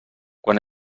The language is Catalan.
quan